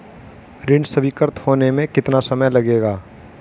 ऋण स्वीकृत होने में कितना समय लगेगा?